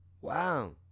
Wow